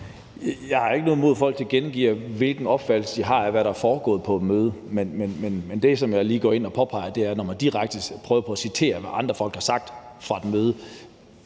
Jeg har ikke noget imod, at folk gengiver, hvilken opfattelse de har af, hvad der er foregået på et møde. Men det, som jeg lige går ind og påpeger, er, når man direkte prøver på at citere helt ordret, hvad andre folk har sagt på et møde.